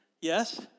yes